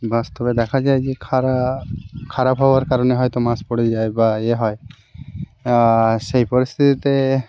বাস্তবে দেখা যায় যে খারাপ হওয়ার কারণে হয়তো মছ পড়ে যায় বা ইয়ে হয় সেই পরিস্থিতিতে